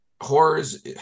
horrors